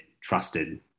trusted